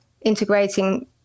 integrating